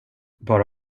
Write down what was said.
bara